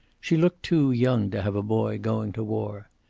she looked too young to have a boy going to war.